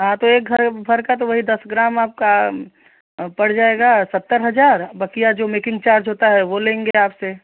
हाँ तो एक घर भर का तो वही दस ग्राम आपका पड़ जाएगा सत्तर हज़ार बकिया जो मेकिंग चार्ज होता है वह लेंगे आप से